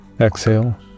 Exhale